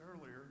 earlier